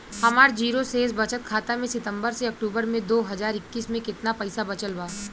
हमार जीरो शेष बचत खाता में सितंबर से अक्तूबर में दो हज़ार इक्कीस में केतना पइसा बचल बा?